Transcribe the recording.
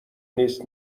نیست